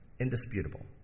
indisputable